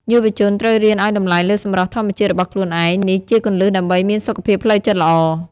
យុវជនត្រូវរៀនឱ្យតម្លៃលើសម្រស់ធម្មជាតិរបស់ខ្លួនឯង នេះជាគន្លឹះដើម្បីមានសុខភាពផ្លូវចិត្តល្អ។